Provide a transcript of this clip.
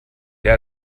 der